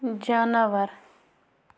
جاناوار